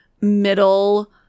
middle